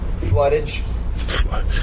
floodage